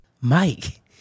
Mike